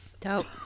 Dope